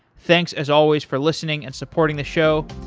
thanks as always for listening and supporting the show,